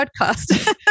podcast